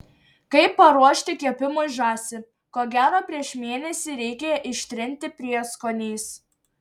kaip paruošti kepimui žąsį ko gero prieš mėnesį reikia ištrinti prieskoniais